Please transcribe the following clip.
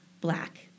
black